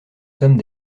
sommes